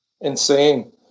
insane